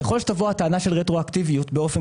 ככל שתבוא הטענה של רטרואקטיביות באופן